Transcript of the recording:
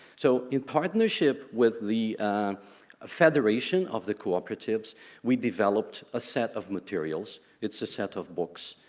so in partnership with the federation of the cooperatives we developed a set of materials it's a set of books